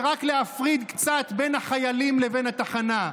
ורק להפריד קצת בין החיילים לבין התחנה.